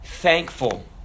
Thankful